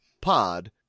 pod